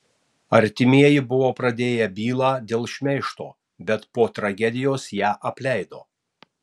artimieji buvo pradėję bylą dėl šmeižto bet po tragedijos ją apleido